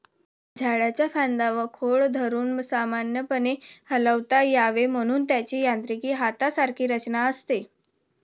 झाडाच्या फांद्या व खोड धरून सामान्यपणे हलवता यावे म्हणून त्याची यांत्रिक हातासारखी रचना असते